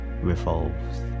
revolves